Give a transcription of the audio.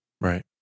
Right